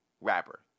rapper